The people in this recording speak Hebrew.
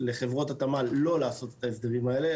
לחברות התמ"ל לא לעשות את ההסדרים האלה,